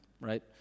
right